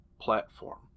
platform